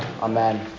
Amen